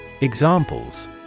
Examples